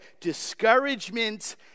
Discouragement